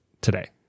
today